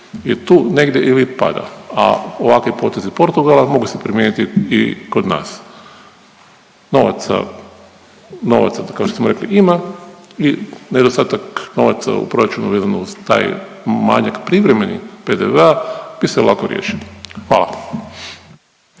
je tu negdje ili pada, a ovakvi potezi Portugala mogli su se primijeniti i kod nas. Novaca kao što smo rekli ima i nedostatak novaca u proračunu vezano uz taj manjak privremeni PDV-a bi se lako riješio. Hvala.